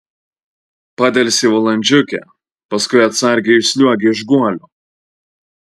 padelsė valandžiukę paskui atsargiai išsliuogė iš guolio